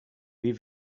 wie